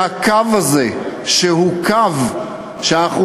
שהקו הזה, שהוא קו שאנחנו